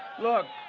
look,